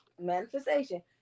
manifestation